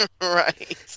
Right